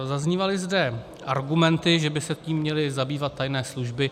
Zaznívaly zde argumenty, že by se tím měly zabývat tajné služby.